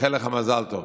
מאחל לך מזל טוב,